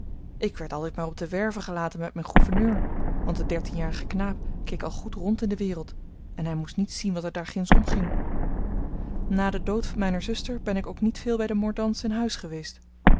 ik werd altijd maar op de werve gelaten met mijn gouverneur want de dertienjarige knaap keek al goed rond in de wereld en hij moest niet zien wat er daar ginds omging na den dood mijner zuster ben ik ook niet veel bij de mordaunts aan huis geweest